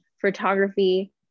photography